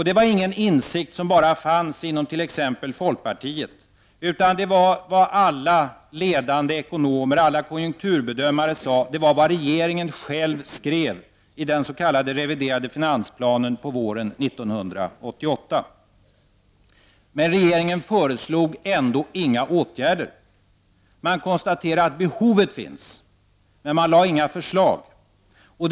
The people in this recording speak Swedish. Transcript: Det var inte en insikt som fanns bara inom folkpartiet, utan det var vad alla ledande ekonomer och alla konjukturbedömare sade och även vad regeringen själv skrev i den s.k. reviderade finansplanen på våren 1988. Men regeringen föreslog ändå inga åtgärder. Den konstaterade att behovet fanns, men regeringen lade inte fram några förslag.